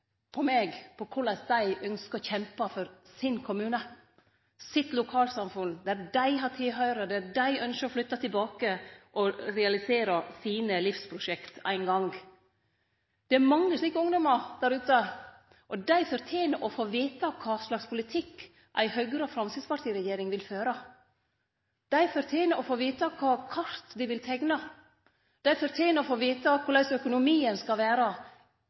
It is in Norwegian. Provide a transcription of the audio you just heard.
på meg med omsyn til korleis dei ynskjer å kjempe for sin kommune, sitt lokalsamfunn, der dei har tilhøyrsle, og som dei ynskjer å flytte tilbake til og realisere sine livsprosjekt ein gong. Det er mange slike ungdommar der ute, og dei fortener å få vete kva slags politikk ei Høgre–Framstegsparti-regjering vil føre og kva kart dei vil teikne. Dei fortener å få vete korleis økonomien skal vere – enten kommunen vert slått saman eller dei skal